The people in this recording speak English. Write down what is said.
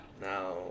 Now